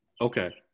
Okay